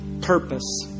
purpose